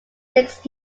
six